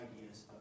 ideas